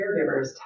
caregivers